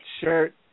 shirt